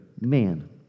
man